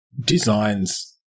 designs